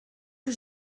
que